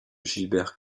gilbert